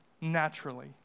naturally